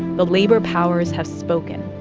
the labor powers have spoken,